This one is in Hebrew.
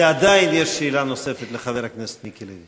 ועדיין יש שאלה נוספת לחבר הכנסת מיקי לוי.